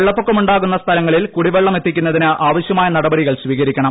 വെള്ളപ്പൊക്കമുണ്ടാകുന്ന സ്ഥലങ്ങളിൽ കുടിവെള്ളം എത്തിക്കുന്നതിന് ആവശ്യമായ നടപടികൾ സ്വീകരിക്കണം